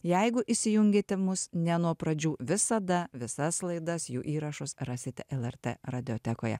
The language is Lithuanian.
jeigu įsijungėte mus ne nuo pradžių visada visas laidas jų įrašus rasite lrt radiotekoje